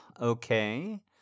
okay